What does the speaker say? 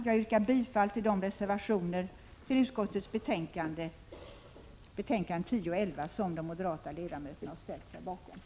Jag yrkar bifall till de reservationer till utskottets betänkanden, nr 10 och 11, som de moderata ledamöterna har ställt sig bakom.